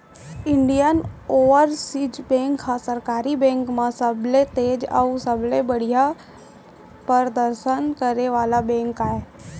Indian Overseas Bank ह सरकारी bank म सबले तेज अउ सबले बड़िहा परदसन करे वाला बेंक आय